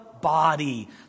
body